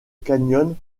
canyon